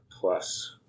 plus